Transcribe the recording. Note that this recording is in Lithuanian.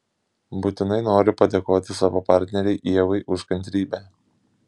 būtinai noriu padėkoti savo partnerei ievai už kantrybę